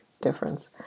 difference